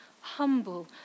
humble